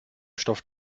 stoff